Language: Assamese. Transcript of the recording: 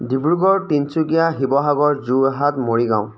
ডিব্ৰুগড় তিনিচুকীয়া শিৱসাগৰ যোৰহাট মৰিগাঁও